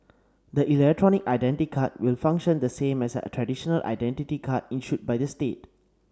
the electronic identity card will function the same as a traditional identity card issued by the state